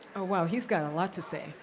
oh wow, he's got a lot to say,